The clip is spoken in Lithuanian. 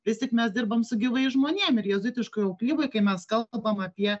vis tik mes dirbam su gyvais žmonėm ir jėzuitiškoj auklyboj kai mes kalbam apie